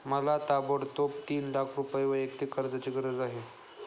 मला ताबडतोब तीन लाख रुपये वैयक्तिक कर्जाची गरज आहे